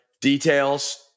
details